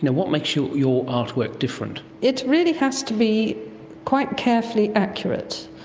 what makes your your artwork different? it really has to be quite carefully accurate.